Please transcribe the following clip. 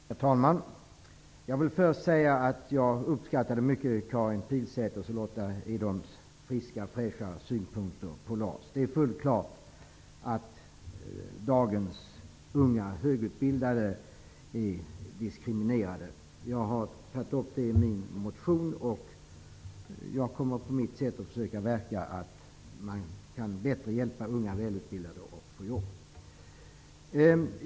Herr talman! Jag vill först säga att jag uppskattade mycket Karin Pilsäters och Lotta Edholms fräscha och friska synpunkter. Det är fullt klart att dagens unga högutbildade är diskriminerade. Jag har tagit upp detta i min motion, och jag kommer på mitt sätt att verka för att hjälpa unga välutbildade att få jobb.